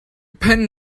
pin